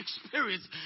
experience